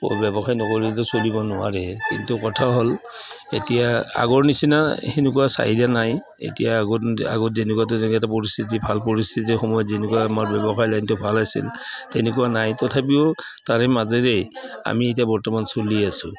ব্যৱসায় নকৰিলেটো চলিব নোৱাৰে কিন্তু কথা হ'ল এতিয়া আগৰ নিচিনা সেনেকুৱা চাহিদা নাই এতিয়া আগত আগত যেনেকুৱাটো এটা পৰিস্থিতি ভাল পৰিস্থিতিৰ সময়ত যেনেকুৱা আমাৰ ব্যৱসায় লাইনটো ভাল আছিল তেনেকুৱা নাই তথাপিও তাৰে মাজেৰে আমি এতিয়া বৰ্তমান চলি আছোঁ